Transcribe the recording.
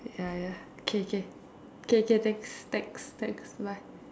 ya ya K K K K thanks thanks thanks bye